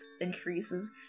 increases